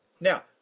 Now